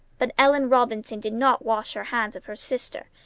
but ellen robinson did not wash her hands of her sister.